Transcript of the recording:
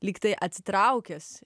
lyg tai atsitraukęs